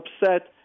upset